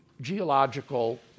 geological